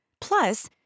Plus